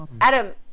adam